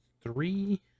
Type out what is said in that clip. Three